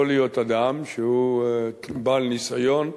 יכול להיות אדם שהוא בעל ניסיון,